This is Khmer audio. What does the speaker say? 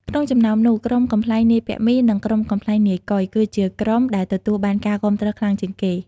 ក្នុងចំណោមនោះ ក្រុមកំប្លែងនាយពាក់មី និងក្រុមកំប្លែងនាយកុយ គឺជាក្រុមដែលទទួលបានការគាំទ្រខ្លាំងជាងគេ។